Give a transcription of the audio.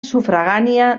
sufragània